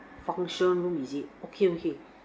function room is it okay okay